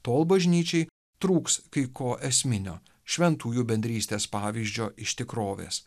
tol bažnyčiai trūks kai ko esminio šventųjų bendrystės pavyzdžio iš tikrovės